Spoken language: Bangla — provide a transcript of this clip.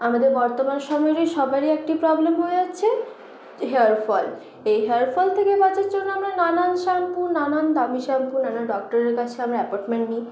আমাদের বর্তমান সময়ে সবারই একটি প্রব্লেম হয়ে যাচ্ছে হেয়ার ফল এই হেয়ার ফল থেকে বাঁচার জন্য আমরা নানান শ্যাম্পু নানান দামি শ্যাম্পু নানান ডক্টরের কাছে আমরা অ্যাপয়মেন্ট নিই